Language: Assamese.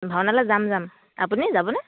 ভাওনালৈ যাম যাম আপুনি যাবনে